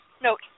No